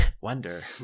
Wonder